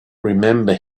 remember